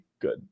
good